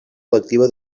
lectiva